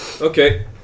Okay